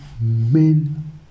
men